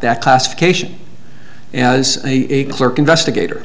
that classification as a clerk investigator